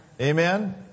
Amen